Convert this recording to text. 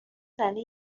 زنه